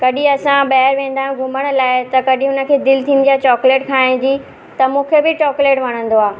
कॾहिं असां ॿाहिरि वेंदा आहियूं घुमण लाइ त कॾहिं हुनखे दिलि थींदी आहे चॉकलेट खाइण जी त मूंखे बि चॉकलेट वणंदो आहे